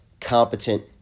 competent